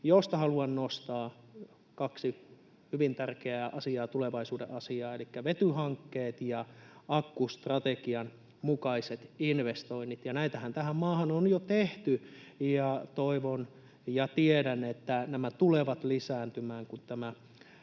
josta haluan nostaa kaksi hyvin tärkeää asiaa, tulevaisuuden asiaa, elikkä vetyhankkeet ja akkustrategian mukaiset investoinnit, ja näitähän tähän maahan on jo tehty. Toivon ja tiedän, että nämä tulevat lisääntymään, kun